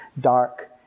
dark